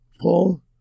Paul